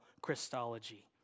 Christology